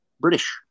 British